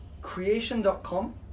creation.com